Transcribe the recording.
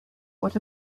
what